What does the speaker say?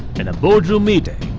in a boardroom meeting,